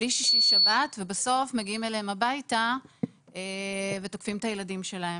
בלי שישי-שבת ובסוף מגיעים אליהם הביתה ותוקפים את הילדים שלהם.